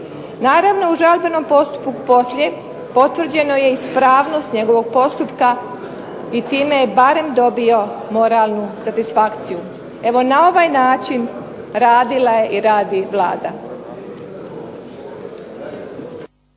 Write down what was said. Naravno u žalbenom postupku poslije, potvrđena je ispravnost njegovog postupka i time je barem dobio moralnu satisfakciju. Evo na ovaj način radila je i radi Vlada.